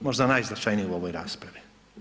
Možda najznačajniju u ovoj raspravi.